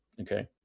okay